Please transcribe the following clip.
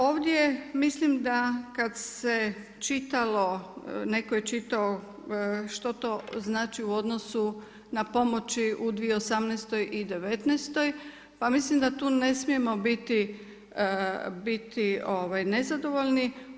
Ovdje mislim da kada se čitalo neko je čitao što to znači u odnosu na pomoći u 2018. i 2019., pa mislim da tu ne smijemo biti nezadovoljni.